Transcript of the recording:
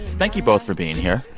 thank you both for being here